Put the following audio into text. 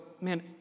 man